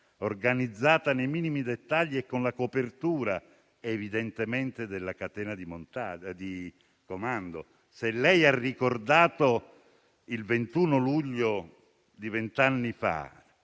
organizzata nei minimi dettagli e con la copertura evidentemente della catena di comando. Se lei ha ricordato il 21 luglio di vent'anni fa